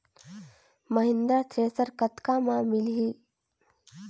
Mahindra thresher कतका म मिलही?